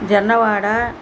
Jonnawada